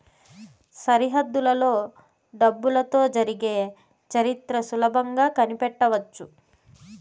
సరిహద్దులలో డబ్బులతో జరిగే చరిత్ర సులభంగా కనిపెట్టవచ్చు